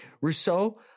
Rousseau